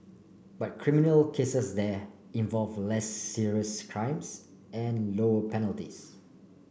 but criminal cases there involve less serious crimes and lower penalties